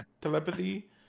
telepathy